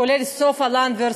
כולל סופה לנדבר,